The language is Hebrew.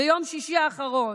ביום שישי האחרון,